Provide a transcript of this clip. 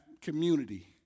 community